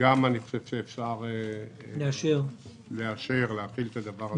גם אני חושב שאפשר לאשר, להחיל את הדבר הזה.